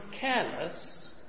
careless